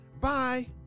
Bye